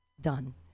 Done